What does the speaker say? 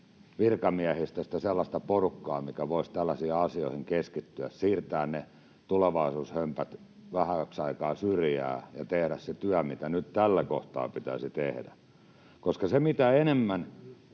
virkamiehistöstä sellaista porukkaa, joka voisi tällaisiin asioihin keskittyä, siirtää ne tulevaisuushömpät vähäksi aikaa syrjään ja tehdä sen työn, mitä nyt tällä kohtaa pitäisi tehdä. Mitä enemmän